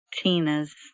Tina's